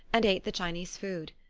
and ate the chinese food.